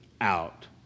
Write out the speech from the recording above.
out